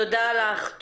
תודה לך.